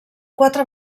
quatre